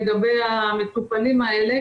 משום ששמענו שהמספרים הולכים ועולים,